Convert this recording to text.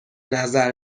نظر